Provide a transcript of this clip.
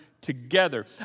together